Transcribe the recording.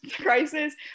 crisis